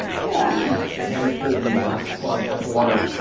yeah the hand pulls in the last plug as the water